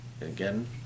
Again